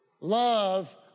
Love